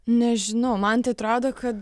nežinau man tai atrodo kad